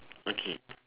okay